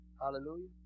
Hallelujah